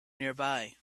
nearby